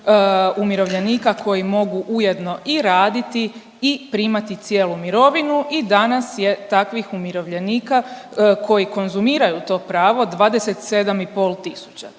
umirovljenika koji mogu ujedno i raditi i primati cijelu mirovinu i danas je takvih umirovljenika koji konzumiraju to pravo 27,5 tisuća.